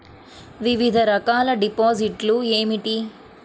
వివిధ రకాల డిపాజిట్లు ఏమిటీ?